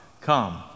Come